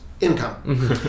income